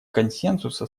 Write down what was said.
консенсуса